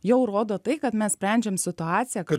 jau rodo tai kad mes sprendžiam situaciją